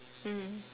mm